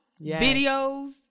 videos